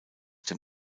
dem